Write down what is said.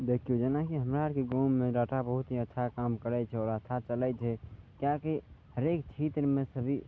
देखियौ जेनाकि हमरा आरके गाँव मे डाटा बहुत ही अच्छा काम करै छै आओर अच्छा चलै छै किएकि हरेक छेत्रमे सभी